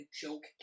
joke